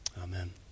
Amen